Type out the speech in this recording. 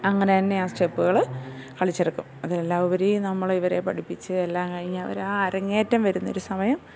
അങ്ങനെത്തന്നെ ആ സ്റ്റെപ്പുകൾ കളിച്ചെടുക്കും അത് എല്ലാവരെയും നമ്മൾ ഇവരെ പഠിപ്പിച്ച് എല്ലാം കഴിഞ്ഞ് അവരാ അരങ്ങേറ്റം വരുന്ന ഒരു സമയം